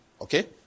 okay